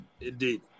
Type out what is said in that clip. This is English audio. Indeed